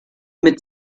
mit